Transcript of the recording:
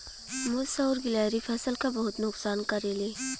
मुस और गिलहरी फसल क बहुत नुकसान करेले